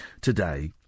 today